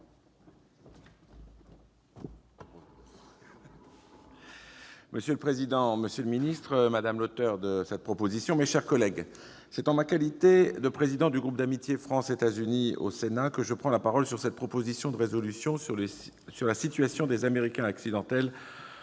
Monsieur le président, monsieur le secrétaire d'État, mes chers collègues, c'est en ma qualité de président du groupe d'amitié France-États-Unis du Sénat que je prends la parole sur cette proposition de résolution relative à la situation des « Américains accidentels